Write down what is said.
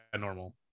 normal